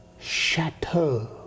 Chateau